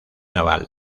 naval